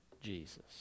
Jesus